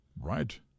Right